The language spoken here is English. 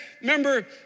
Remember